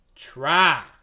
Try